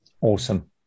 Awesome